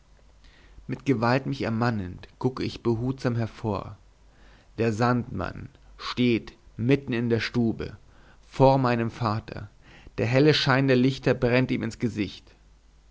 mit gewalt mich ermannend gucke ich behutsam hervor der sandmann steht mitten in der stube vor meinem vater der helle schein der lichter brennt ihm ins gesicht